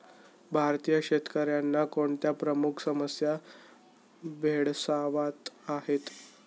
भारतीय शेतकऱ्यांना कोणत्या प्रमुख समस्या भेडसावत आहेत?